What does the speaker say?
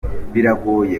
biragoye